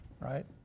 right